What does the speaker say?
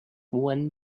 one